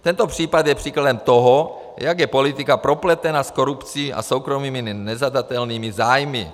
Tento případ je příkladem toho, jak je politika propletena s korupcí a soukromými nezadatelnými zájmy.